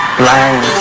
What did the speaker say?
blind